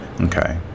okay